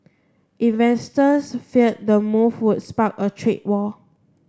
investors feared the move would spark a trade war